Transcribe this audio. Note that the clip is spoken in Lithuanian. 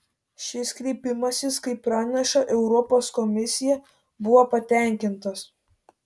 šis kreipimasis kaip praneša europos komisija buvo patenkintas